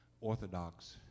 Orthodox